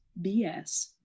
bs